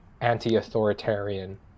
anti-authoritarian